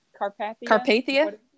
Carpathia